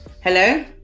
Hello